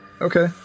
Okay